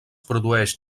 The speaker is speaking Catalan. produeix